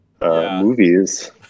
movies